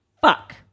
Fuck